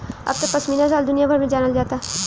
अब त पश्मीना शाल दुनिया भर में जानल जाता